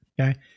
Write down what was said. Okay